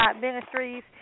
ministries